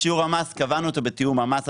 את שיעור המס קבענו בתיאום המס,